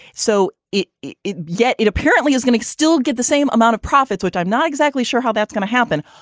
so it it yet it apparently is going to still get the same amount of profits, which i'm not exactly sure how that's going to happen.